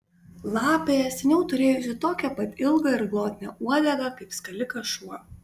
lapė seniau turėjusi tokią pat ilgą ir glotnią uodegą kaip skalikas šuo